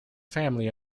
family